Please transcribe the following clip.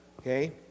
Okay